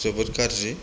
जोबोर गाज्रि